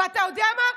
אתה יודע מה?